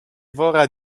wora